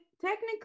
technically